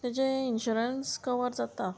तेजें insurance cover जाता